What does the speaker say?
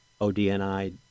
ODNI